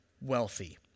wealthy